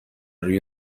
روی